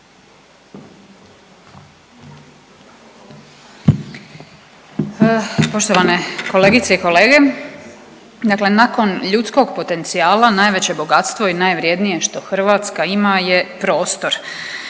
što sam rekla dakle nakon ljudskog potencijala najveće bogatstvo i najvrijednije što Hrvatska ima to je prostor